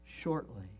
shortly